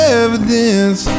evidence